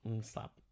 stop